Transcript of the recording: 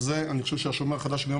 ואת זה אני חושב שהשומר החדש הבין ביום